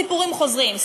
הסיפורים חוזרים,